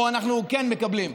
או אנחנו כן מקבלים,